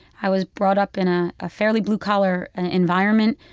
i was brought up in a ah fairly blue-collar environment.